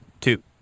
two